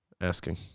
asking